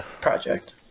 project